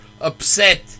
upset